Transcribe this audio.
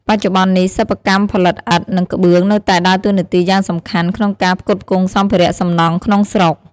បច្ចុប្បន្ននេះ សិប្បកម្មផលិតឥដ្ឋ និងក្បឿងនៅតែដើរតួនាទីយ៉ាងសំខាន់ក្នុងការផ្គត់ផ្គង់សម្ភារៈសំណង់ក្នុងស្រុក។